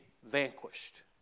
vanquished